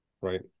right